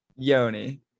Yoni